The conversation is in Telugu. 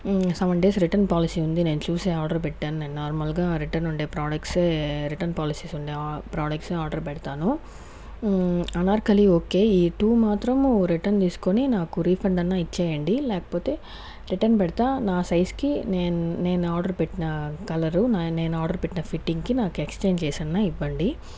సెవెన్ డేస్ రిటన్ పాలసీ ఉంది నేను చూసే ఆర్డర్ పెట్టాను నేను నార్మల్గా రిటర్న్ ఉండే ప్రోడక్ట్సే రిటన్ పాలసీ ఉండే ప్రోడక్ట్సే ఆర్డర్ పెడతాను అనార్కలి ఓకే ఈ టు మాత్రం రిటర్న్ తీసుకొని నాకు రిఫండ్ అన్న ఇచ్చేయండి లేకపోతే రిటర్న్ పెడతా నా సైజుకి నేను నేను ఆర్డర్ పెట్టిన కలరు నేను ఆర్డర్ పెట్టిన ఫిట్టింగ్ కి నాకు ఎక్స్చేంజ్ చేసి అయినా ఇవ్వండి